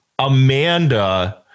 Amanda